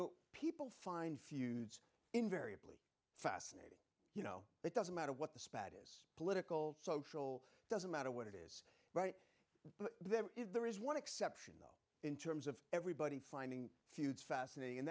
know people find feuds invariably fascinating you know it doesn't matter what the spat is political social doesn't matter what it is right there is there is one exception though in terms of everybody finding feuds fascinating and